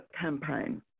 campaign